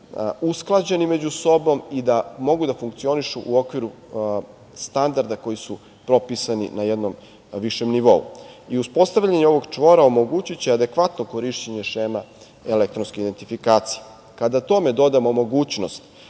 usklađeni među sobom i da mogu da funkcionišu u okviru standarda koji su propisani na jednom višem nivou. Uspostavljanje ovog „čvora“ omogućiće adekvatno korišćenje šema elektronske identifikacije. Kada tome dodamo mogućnost